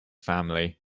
family